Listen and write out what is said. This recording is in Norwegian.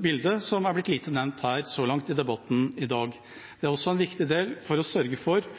bildet som er blitt lite nevnt så langt i debatten i dag. Det er også viktig for å sørge for